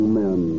men